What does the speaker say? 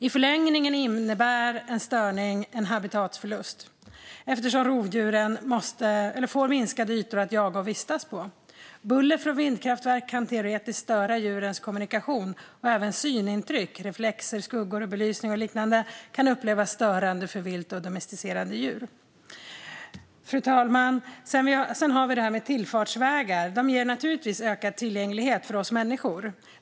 I förlängningen innebär en störning en habitatförlust, eftersom rovdjuren får minskade ytor att jaga och vistas på. Buller från vindkraftverk kan teoretiskt störa djurens kommunikation, och även synintryck - reflexer, skuggor, belysning och liknande - kan upplevas som störande för vilt och domesticerade djur. Fru talman! Sedan har vi det här med tillfartsvägar. De ger naturligtvis ökad tillgänglighet för oss människor.